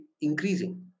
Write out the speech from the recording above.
increasing